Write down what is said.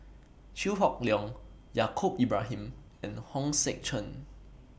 Chew Hock Leong Yaacob Ibrahim and Hong Sek Chern